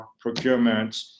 procurement